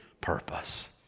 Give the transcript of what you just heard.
purpose